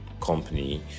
company